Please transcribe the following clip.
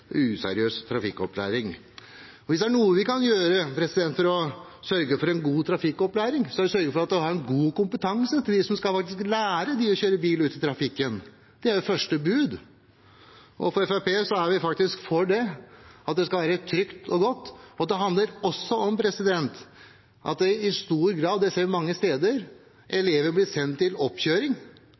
useriøs trafikkopplæring. Hvis det er noe vi kan gjøre for å sørge for en god trafikkopplæring, er det at de som skal lære folk å kjøre bil ute i trafikken, har god kompetanse. Det er første bud. Fremskrittspartiet er faktisk for at det skal være trygt og godt. Det handler også i stor grad om, jeg ser det mange steder, at elever blir sendt til oppkjøring